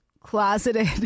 closeted